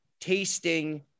tasting